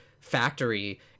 Factory